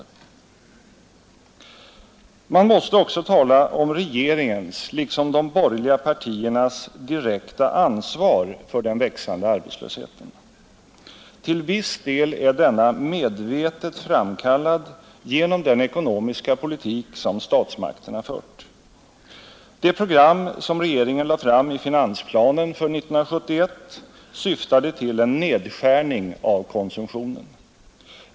Men man måste också tala om regeringens liksom de borgerliga partiernas direkta ansvar för den växande arbetslösheten. Till viss del är denna medvetet framkallad genom den ekonomiska politik som statsmakterna fört. Det program som regeringen lade fram i finansplanen för 1971 syftade till en nedskärning av konsumtionen.